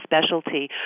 specialty